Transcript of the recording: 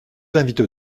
invite